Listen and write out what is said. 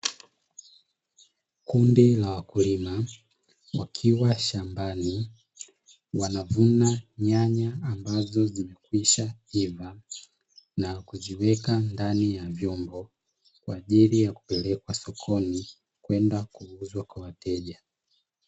Kundi la wakulima wakaiwa shambani wanavuna nyanya ambazo zimekwisha iva na kuziweka ndani ya vyombo, kwa ajili ya kupelekwa sokoni kwenda kuuzwa kwa wateja.